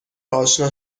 آشنا